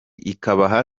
ikabaha